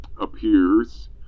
appears